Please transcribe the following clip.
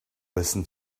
listen